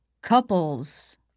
couples